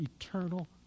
eternal